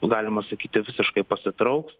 galima sakyti visiškai pasitrauks